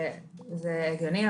זה הגיוני,